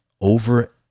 over